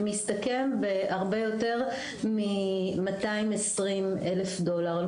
שמסתכם בהרבה יותר מ- 220 אלף דולר,